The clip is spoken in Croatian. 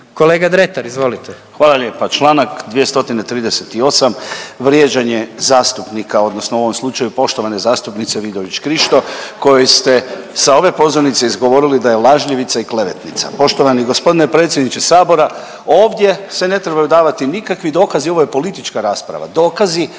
Kolega Dretar izvolite.